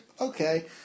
okay